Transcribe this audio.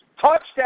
Touchdown